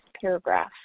paragraph